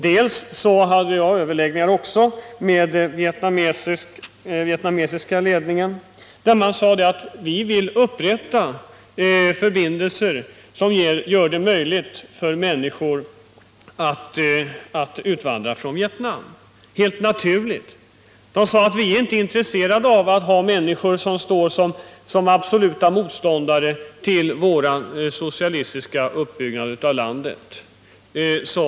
Jag hade också överläggningar med den vietnamesiska ledningen som sade: Vi vill upprätta förbindelser som gör det möjligt för människor att utvandra från Vietnam. Helt naturligt. Man sade: Vi är inte intresserade av att ha kvar människor som står som absoluta motståndare till vår socialistiska uppbyggnad av landet.